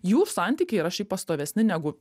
jų santykiai yra šiaip pastovesni negu